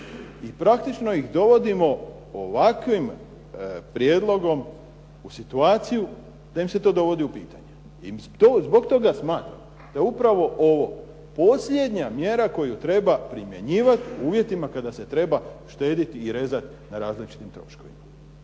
I praktično ih dovodimo ovakvim prijedlogom u situaciju da im se to dovodi u pitanje. I to zbog toga smatram da je upravo ovo posljednja mjera koju treba primjenjivati u uvjetima kada se treba štediti i rezati na različitim troškovima.